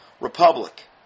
republic